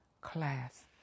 class